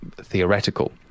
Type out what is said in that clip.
theoretical